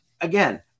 again